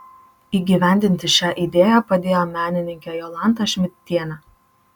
įgyvendinti šią idėją padėjo menininkė jolanta šmidtienė